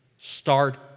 Start